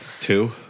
two